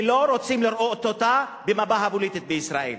ולא נראה אותה במפה הפוליטית בישראל,